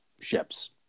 ships